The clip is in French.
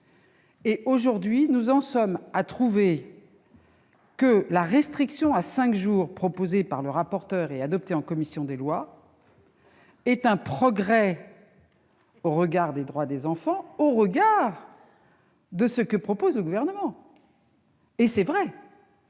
Or, aujourd'hui, nous en venons à considérer la restriction à 5 jours, proposée par M. le rapporteur et adoptée en commission, comme un progrès pour les droits des enfants, au regard de ce que propose le Gouvernement- et c'est vrai !